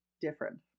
different